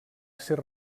ser